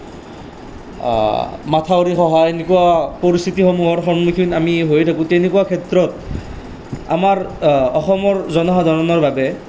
মঠাউৰি ভঙা এনেকুৱা পৰিস্থিতিসমূহৰ সন্মুখীন আমি হৈয়ে থাকোঁ তেনেকুৱা ক্ষেত্ৰত আমাৰ অ অসমৰ জনসাধাৰণৰ বাবে